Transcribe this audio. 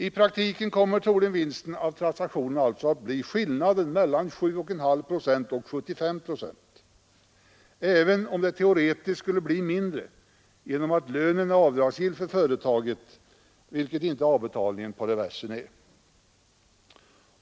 I praktiken kommer troligen vinsten på transaktionen att bli skillnaden mellan 7,5 och 75 procent, även om den teoretiskt kan bli mindre genom att lönen är avdragsgill för företaget, vilket inte avbetalningen på reversen är.